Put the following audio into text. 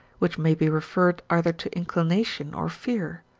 which may be referred either to inclination or fear,